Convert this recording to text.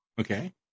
Okay